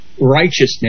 righteousness